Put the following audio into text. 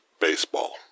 baseball